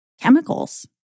chemicals